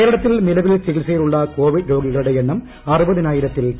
കേരളത്തിൽ നിലവിൽ ചികിത്സയിലുള്ള കോവിഡ് രോഗികളുടെ എണ്ണം അറുപതിനായിരത്തിൽ താഴെയായി